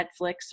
Netflix